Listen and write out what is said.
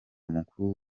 mukuru